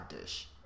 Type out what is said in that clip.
dish